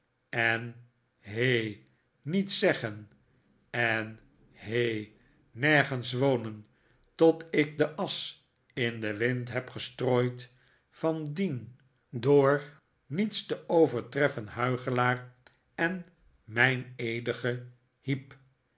en he niets zeggen en he nergens wonen tot ik de asch in den wind heb gestrooid van dien door niets te overtreffen huichelaar en meineedige heep